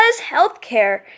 healthcare